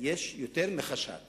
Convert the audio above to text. יש יותר מחשד